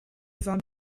vint